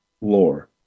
lore